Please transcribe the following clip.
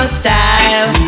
style